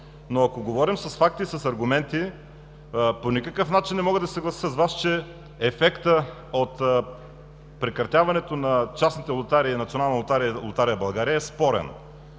Но ако говорим с факти и с аргументи, по никакъв начин не мога да се съглася с Вас, че ефектът от прекратяването на частните лотарии – „Национална лотария“ и „Лотария България“, е спорен.